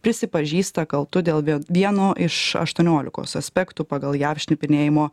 prisipažįsta kaltu dėl vieno iš aštuoniolikos aspektų pagal jav šnipinėjimo